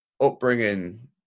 upbringing